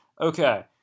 Okay